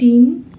तिन